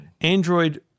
Android